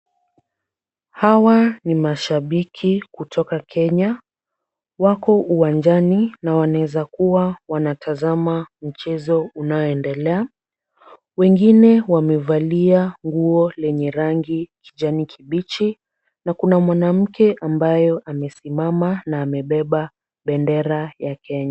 Hawa ni mashabiki kutoka kenya wako uwanjani na wanaeza kuwa wanatazamwa mchezo ambao unaendelea. Wengine wamevalia nguo lenye rangi kijani kibichi na kuna mwanamke ambayo amesimama na amebeba bendera ya kenya.